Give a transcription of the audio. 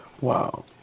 Wow